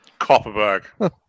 Copperberg